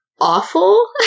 awful